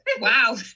Wow